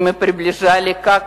ברוסית יש מלים ארוכות.